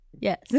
Yes